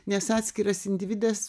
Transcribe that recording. nes atskiras individas